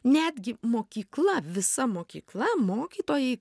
netgi mokykla visa mokykla mokytojai